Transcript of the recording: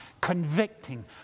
convicting